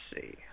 see